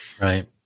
Right